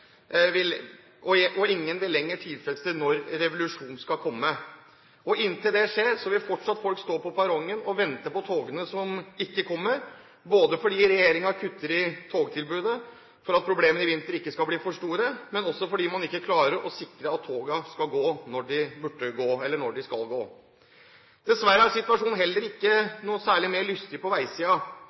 ingen vil lenger tidfeste når revolusjonen skal komme. Inntil det skjer, vil fortsatt folk stå på perrongen og vente på togene som ikke kommer – både fordi regjeringen kutter i togtilbudet for at problemene i vinter ikke skal bli for store, og også fordi man ikke klarer å sikre at togene går når de skal gå. Dessverre er situasjonen heller ikke noe særlig mer lystelig på